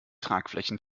tragflächen